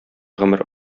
гомер